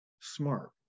smart